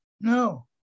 No